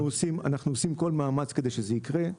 אנחנו עושים כל מאמץ כדי שזה יקרה.